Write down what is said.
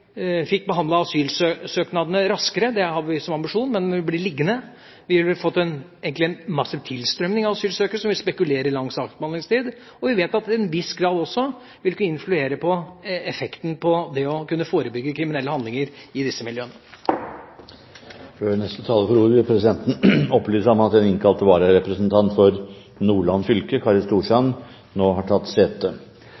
fikk behandlet asylsøknadene raskere. Det har vi som ambisjon, men vil bli liggende. Vi ville fått en massiv tilstrømming av asylsøkere som vil spekulere i lang saksbehandlingstid. Vi vet at til en viss grad ville det også influere på effekten på det å kunne forebygge kriminelle handlinger i disse miljøene. Før neste taler får ordet, vil presidenten opplyse at den innkalte vararepresentant for Nordland fylke, Kari